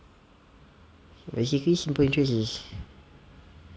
basically simple interest is